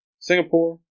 Singapore